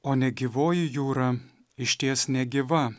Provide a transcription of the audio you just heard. o negyvoji jūra išties negyva